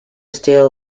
steel